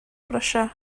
brysia